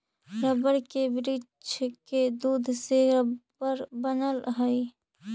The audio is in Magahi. रबर के वृक्ष के दूध से रबर बनऽ हई